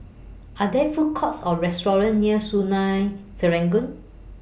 Are There Food Courts Or restaurants near Sungei Serangoon